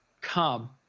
come